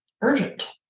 urgent